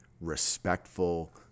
respectful